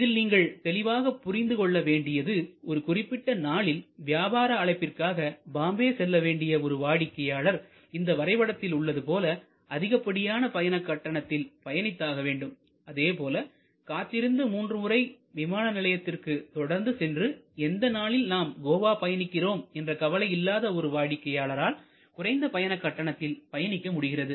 இதில் தெளிவாக நீங்கள் புரிந்துகொள்ள வேண்டியது ஒரு குறிப்பிட்ட நாளில் வியாபார அழைப்பிற்காக பாம்பே செல்லவேண்டிய ஒரு வாடிக்கையாளர் இந்த வரைபடத்தில் உள்ளது போல அதிகப்படியான பயண கட்டணத்தில் பயணித்தாக வேண்டும் அதே போல காத்திருந்து மூன்று முறை விமான நிலையத்திற்கு தொடர்ந்து சென்று எந்த நாளில் நாம் கோவா பயணிக்கிறோம் என்ற கவலை இல்லாத ஒரு வாடிக்கையாளரால் குறைந்த பயணக் கட்டணத்தில் பயணிக்க முடிகிறது